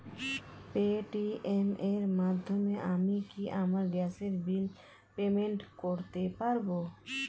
Paytm এর মাধ্যমে আমি কি আমার গ্যাসের বিল পেমেন্ট করতে পারব?